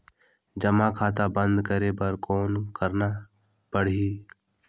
जमा खाता बंद करे बर कौन करना पड़ही?